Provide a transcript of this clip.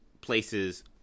places